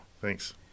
Thanks